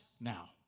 now